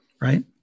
right